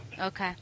Okay